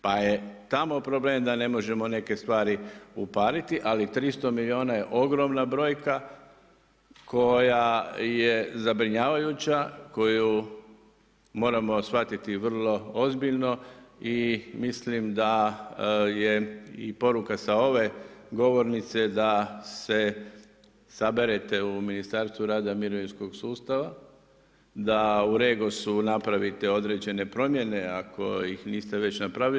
Pa je tamo problem da ne možemo neke stvari upariti, ali 300 milijuna je ogromna brojka koja je zabrinjavajuća, koju moramo shvatiti vrlo ozbiljno i mislim da je i poruka i sa ove govornice, da se saberete u Ministarstvu rada i mirovinskog sustava, da u REGOS-u napravite određene promjene, ako ih niste već napravili.